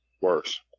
worse